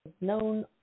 Known